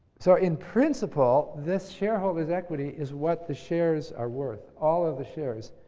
so, in principle, this shareholders' equity is what the shares are worth, all of the shares,